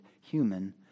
human